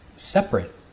Separate